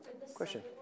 question